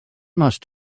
must